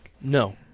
No